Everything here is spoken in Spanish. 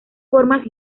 formas